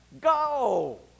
go